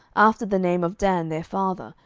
after the name of dan their father,